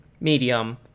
medium